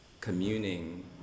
communing